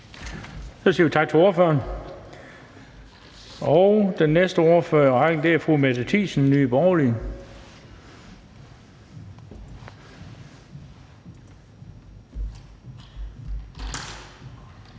Så siger vi tak til ordføreren. Og den næste ordfører i rækken er fru Mette Thiesen, Nye Borgerlige.